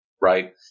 Right